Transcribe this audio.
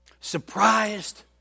surprised